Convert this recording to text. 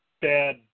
bad